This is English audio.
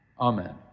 Amen